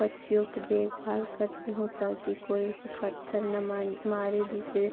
पक्षियों की देखभाल करती हूँ ताकि कोई उसे पत्थर ना मान मारे जिसे